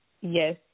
Yes